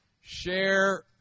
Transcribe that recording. share